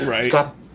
stop